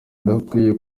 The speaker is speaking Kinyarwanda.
idakwiye